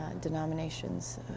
denominations